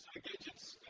gadgets